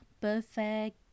perfect